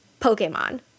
Pokemon